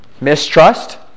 Mistrust